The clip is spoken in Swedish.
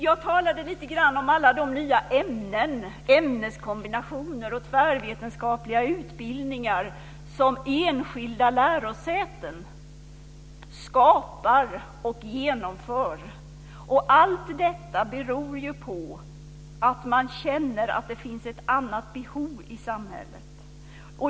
Jag talade lite grann om alla de nya ämnen, ämneskombinationer och tvärvetenskapliga utbildningar som enskilda lärosäten skapar och genomför. Allt detta beror ju på att man känner att det finns ett annat behov i samhället.